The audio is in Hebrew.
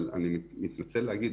אבל אני מתנצל להגיד,